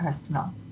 personal